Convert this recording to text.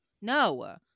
no